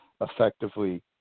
effectively